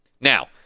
now